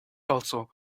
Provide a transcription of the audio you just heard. also